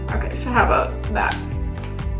okay, so how about that?